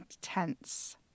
tense